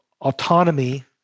autonomy